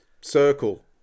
circle